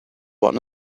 one